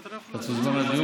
אתה תוזמן לדיון.